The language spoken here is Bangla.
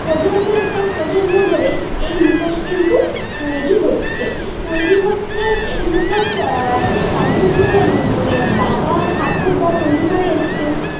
প্রজন্মের পর প্রজন্ম ধরে এই মুখোশ কিন্তু তৈরি হচ্ছে তৈরি হচ্ছে এই মুখোশ তাদের যে বাবা ঠাকুরদা তৈরি করে এসছেন